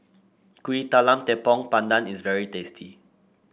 Kuih Talam Tepong Pandan is very tasty